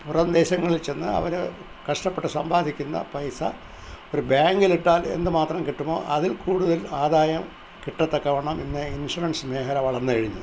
പുറം ദേശങ്ങളിൽ ചെന്ന് അവർ കഷ്ടപ്പെട്ട് സമ്പാദിക്കുന്ന പൈസ ഒരു ബാങ്കിലിട്ടാൽ എന്തു മാത്രം കിട്ടുമോ അതിൽ കൂടുതൽ ആദായം കിട്ടത്തക്ക വണ്ണം ഇന്ന് ഇൻഷുറൻസ് മേഖല വളർന്നു കഴിഞ്ഞു